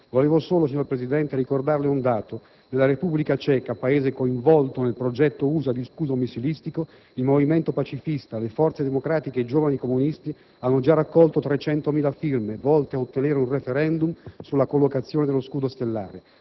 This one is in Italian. Volevo solo, signor Presidente, ricordarle un dato: nella Repubblica Ceca, Paese coinvolto nel progetto USA di scudo missilistico, il movimento pacifista, le forze democratiche e i giovani comunisti hanno già raccolto 300.000 firme, volte ad ottenere un *referendum* sulla collocazione dello scudo stellare.